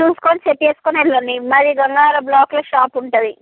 చూసుకొని సెట్ చేసుకొని వెళ్ళండి మాది బంగారం బ్లాక్లో షాపు ఉంటుంది